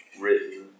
written